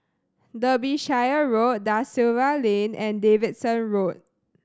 Derbyshire Road Da Silva Lane and Davidson Road